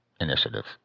initiatives